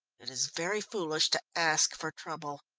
it is very foolish to ask for trouble.